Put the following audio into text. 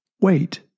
Wait